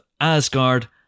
Asgard